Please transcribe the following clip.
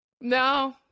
No